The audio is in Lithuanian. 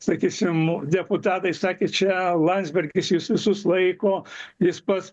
sakysim deputatai sakė čia landsbergis jus visus laiko jis pats